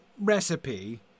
recipe